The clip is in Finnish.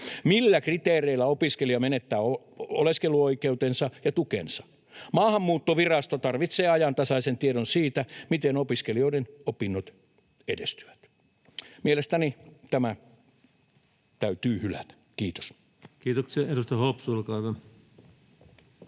Millä kriteereillä opiskelija menettää oleskeluoikeutensa ja tukensa? Maahanmuuttovirasto tarvitsee ajantasaisen tiedon siitä, miten opiskelijoiden opinnot edistyvät. Mielestäni tämä täytyy hylätä. — Kiitos. Kiitoksia. — Edustaja Hopsu, olkaa hyvä.